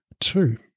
Two